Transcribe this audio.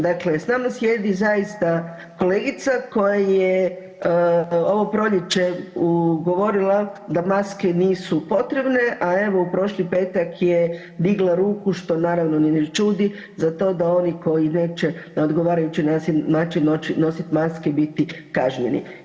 Dakle, sa nama sjedi zaista kolegica koja je ovo proljeće govorila da maske nisu potrebne, a evo u prošli petak je digla ruku što naravno ni ne čudi za to da oni koji neće na odgovarajući način nositi maske biti kažnjeni.